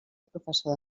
professor